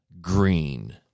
green